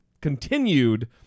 continued